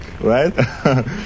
Right